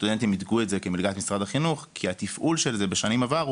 סטודנטים מיתגו את זה כמלגת משרד החינוך כי התפעול של זה בשנים עברו,